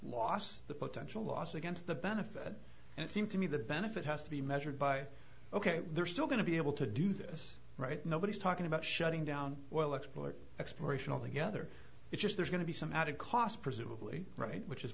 loss the potential loss against the benefit and it seems to me the benefit has to be measured by ok they're still going to be able to do this right nobody's talking about shutting down while export exploration altogether it's just there's going to be some added cost presumably right which is